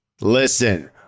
Listen